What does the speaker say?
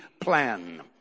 plan